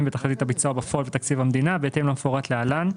בתחזית הביצוע בפועל בתקציב המדינה בהתאם למפורט להלן.